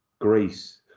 Greece